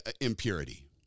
impurity